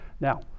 Now